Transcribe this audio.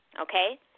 Okay